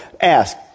Ask